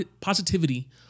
Positivity